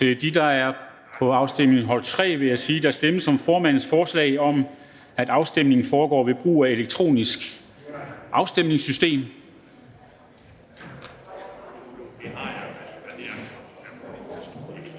Til dem, der er på vej fra hold 3, vil jeg sige, at det, der nu stemmes om, er formandens forslag om, at afstemningen foregår ved brug af det elektroniske afstemningssystem.